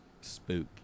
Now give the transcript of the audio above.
spook